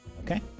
Okay